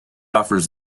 offers